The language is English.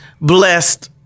blessed